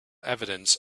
evidence